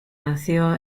nació